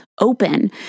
open